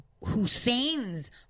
Hussein's